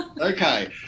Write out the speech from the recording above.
okay